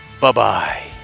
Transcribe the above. Bye-bye